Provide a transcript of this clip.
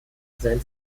sein